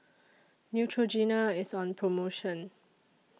Neutrogena IS on promotion